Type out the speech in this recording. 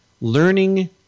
learning